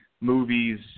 movies